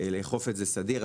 לאכוף את זה סדיר,